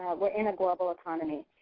we're in a global economy.